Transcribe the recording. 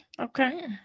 okay